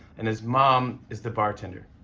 and his mom is the bartender.